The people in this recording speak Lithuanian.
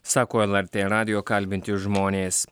sako lrt radijo kalbinti žmonės